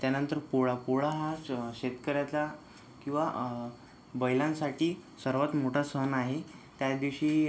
त्यानंतर पोळा पोळा हा श शेतकऱ्याचा किंवा बैलांसाठी सर्वांत मोठा सण आहे त्या दिवशी